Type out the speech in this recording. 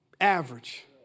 average